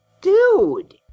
Dude